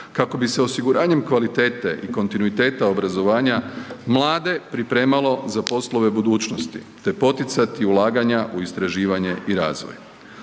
kako bi se osiguranjem kvalitete i kontinuiteta obrazovanja mlade pripremalo za poslove budućnosti te poticati ulaganja u istraživanje i razvoj.